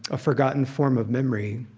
a forgotten form of memory,